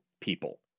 people